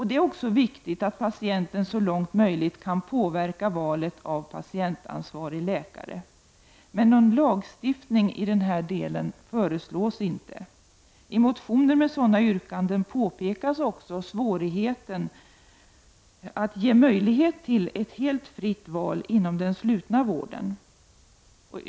Det är också viktigt att patienten så långt möjligt kan påverka valet av patientansvarig läkare. Men någon lagstiftning i den här delen föreslås inte. I motioner med sådana yrkanden påpekas också svårigheten att ge möjlighet till ett helt fritt val inom den slutna vården.